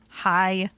hi